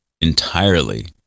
entirely